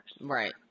Right